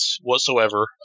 whatsoever